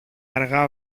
αργά